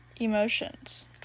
emotions